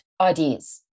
ideas